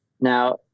Now